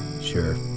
Sure